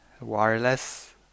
wireless